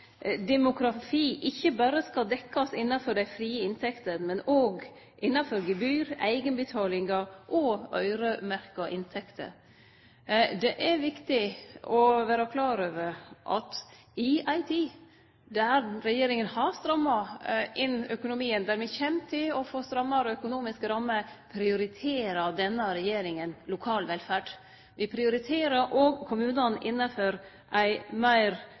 demografi ikkje berre skal dekkjast innanfor dei frie inntektene, men òg innanfor gebyr, eigenbetalingar og øyremerkte inntekter. Det er viktig å vere klar over at i ei tid der regjeringa har stramma inn økonomien, der me kjem til å få strammare økonomiske rammer, prioriterer denne regjeringa lokal velferd. Me prioriterer òg kommunane innanfor ei meir